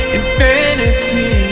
infinity